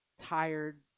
tired